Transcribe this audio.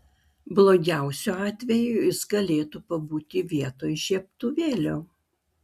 blogiausiu atveju jis galėtų pabūti vietoj žiebtuvėlio